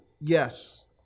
Yes